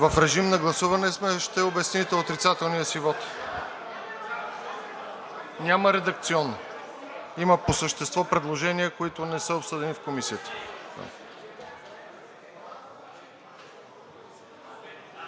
В режим на гласуване сме, ще обясните отрицателния си вот. Няма редакционни, има по същество предложения, които не са обсъдени в Комисията.